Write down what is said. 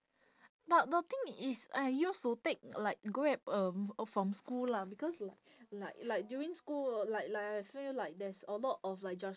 but the thing is I used to take like Grab um uh from school lah because like like like during school like like I feel like there's a lot of like jud~